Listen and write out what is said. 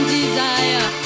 desire